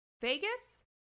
Vegas